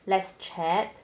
let's chat